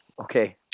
Okay